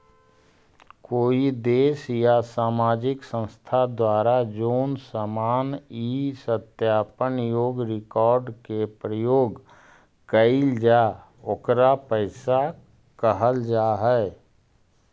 कोई देश या सामाजिक संस्था द्वारा जोन सामान इ सत्यापन योग्य रिकॉर्ड के उपयोग कईल जा ओकरा पईसा कहल जा हई